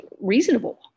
reasonable